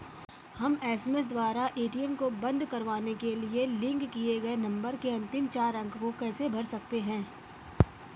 हम एस.एम.एस द्वारा ए.टी.एम को बंद करवाने के लिए लिंक किए गए नंबर के अंतिम चार अंक को कैसे भर सकते हैं?